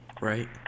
Right